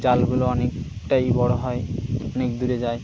জালগুলো অনেকটাই বড়ো হয় অনেক দূরে যায়